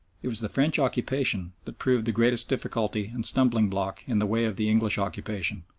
it was the french occupation that proved the greatest difficulty and stumbling-block in the way of the english occupation,